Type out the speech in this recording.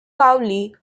cowley